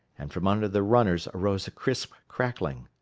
and from under the runners arose a crisp crackling.